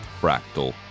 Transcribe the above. Fractal